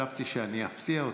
חשבתי שאני אפתיע אותו,